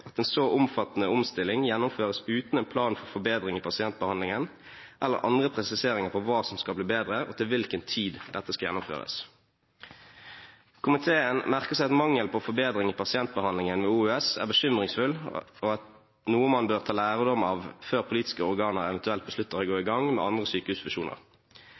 at en så omfattende omstilling gjennomføres uten en plan for forbedring i pasientbehandlingen eller andre presiseringer på hva som skal bli bedre, og til hvilken tid dette skal gjennomføres. Komiteen merker seg at mangelen på forbedring i pasientbehandlingen ved OUS er bekymringsfull og noe man bør ta lærdom av før politiske organer eventuelt beslutter å gå i gang med andre sykehusfusjoner.